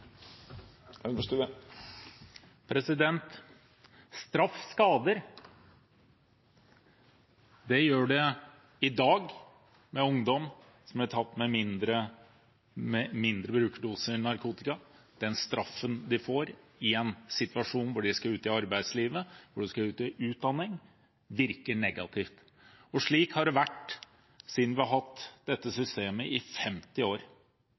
Det gjør det i dag, med ungdom som blir tatt med mindre brukerdoser med narkotika. Den straffen de får i en situasjon hvor de skal ut i arbeidslivet, hvor de skal ut i utdanning, virker negativt. Slik har det vært så lenge vi har hatt dette systemet, i 50 år.